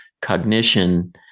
cognition